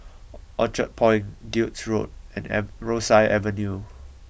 Orchard Point Duke's Road and am Rosyth Avenue